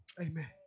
Amen